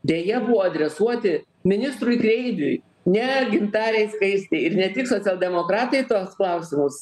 deja buvo adresuoti ministrui kreiviui ne gintarei skaistei ir ne tik socialdemokratai tuos klausimus